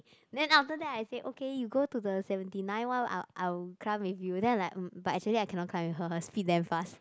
then after that I said okay you go to the seventy nine one I'll I'll climb with you then like but actually I cannot climb with her her speed damn fast